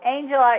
Angel